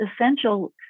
essential